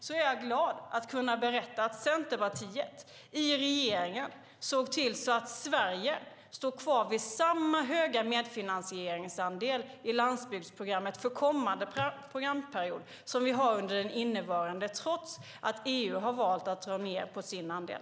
Jag är glad över att kunna berätta att Centerpartiet i regeringen såg till att Sverige står kvar vid samma höga medfinansieringsandel i landsbygdsprogrammet för kommande programperiod som vi har under den innevarande, trots att EU har valt att dra ned på sin andel.